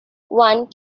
one